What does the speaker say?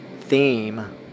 theme